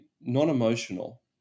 non-emotional